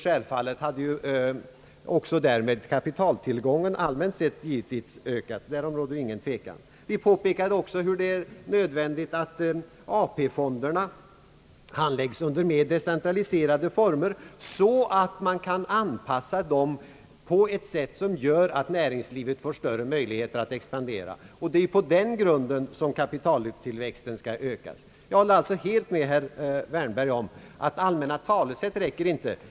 Självfallet hade också kapitaltillgången därmed allmänt sett ökat; därom råder det ingen tvekan. Vi påpekade också att det är nödvändigt att AP-fonderna förvaltas under mer decentraliserade former, så att man kan anpassa deras verksamhet och ge näringslivet större möjligheter att expandera. Det är på den grunden som kapitaltillväxten skall ökas. Jag håller alltså helt med herr Wärnberg om att allmänna talesätt inte räcker.